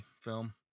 film